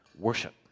Worship